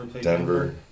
Denver